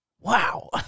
Wow